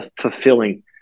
fulfilling